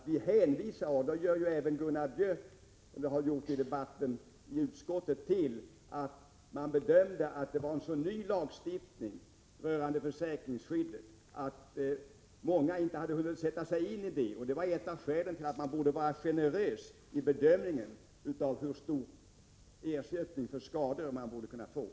Ni hänvisar ju — det gjorde även Gunnar Björk vid debatten i utskottet — till att lagstiftningen rörande försäkringsskyddet är så ny att man inte hunnit sätta sig in i den. Det var ett av skälen till att man borde vara generös vid bedömningen av hur stor ersättning som skulle kunna utgå för skador.